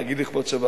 להגיד: לכבוד שבת,